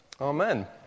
Amen